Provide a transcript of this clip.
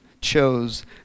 chose